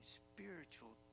spiritual